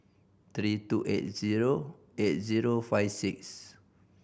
three two eight zero eight zero five six